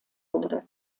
wurde